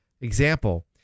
Example